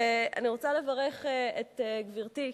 אני רוצה לברך את גברתי,